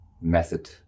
method